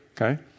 Okay